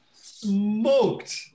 smoked